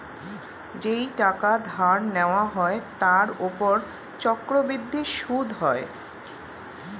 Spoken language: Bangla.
যেই টাকা ধার নেওয়া হয় তার উপর চক্রবৃদ্ধি সুদ হয়